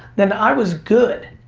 then i was good.